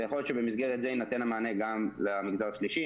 ויכול להיות שבמסגרת זו יינתן המענה גם למגזר השלישי,